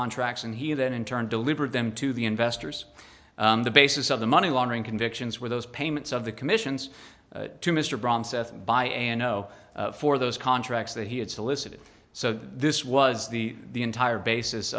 contracts and he then in turn delivered them to the investors the basis of the money laundering convictions were those payments of the commissions to mr braun seth and by and no for those contracts that he had solicited so this was the the entire basis